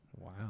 Wow